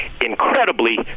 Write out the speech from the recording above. incredibly